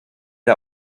der